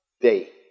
day